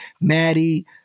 Maddie